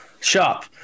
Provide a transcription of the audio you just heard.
shop